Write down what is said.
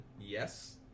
yes